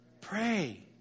Pray